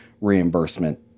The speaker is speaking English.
reimbursement